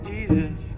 Jesus